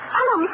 Hello